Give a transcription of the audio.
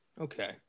Okay